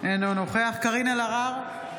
אינו נוכח קארין אלהרר,